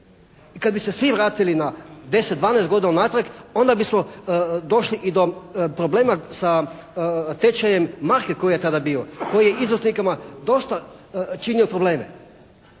I kad bi se svi vratili na 10, 12 godina unatrag onda bismo došli i do problema sa tečajem marke koji je tada bio. Koji je isto … /Govornik se